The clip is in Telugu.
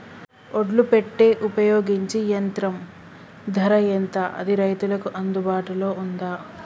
ఒడ్లు పెట్టే ఉపయోగించే యంత్రం ధర ఎంత అది రైతులకు అందుబాటులో ఉందా?